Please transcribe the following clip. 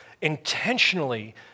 intentionally